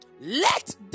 Let